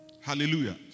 Hallelujah